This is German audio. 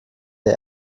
der